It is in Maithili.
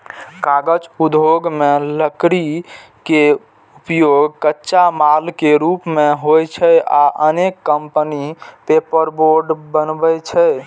कागज उद्योग मे लकड़ी के उपयोग कच्चा माल के रूप मे होइ छै आ अनेक कंपनी पेपरबोर्ड बनबै छै